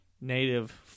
native